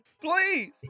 please